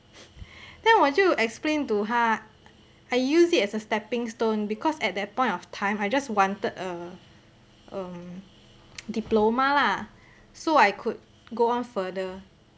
then 我就 explain to 她 I use it as a stepping stone because at that point of time I just wanted a um diploma lah so I could go on further